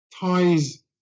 ties